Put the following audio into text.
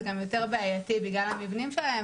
זה גם יותר בעייתי בגלל המבנים שלהם,